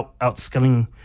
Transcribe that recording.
outskilling